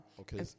Okay